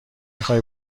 میخوای